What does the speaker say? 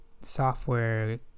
software